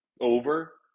Over